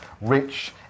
rich